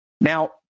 Now